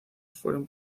fueron